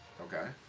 Okay